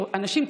אנשים,